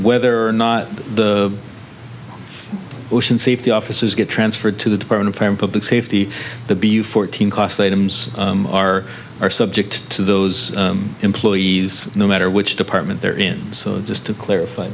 whether or not the ocean safety officers get transferred to the department from public safety the b u fourteen cost items are are subject to those employees no matter which department they're in so just to clarify